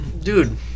Dude